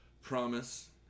promise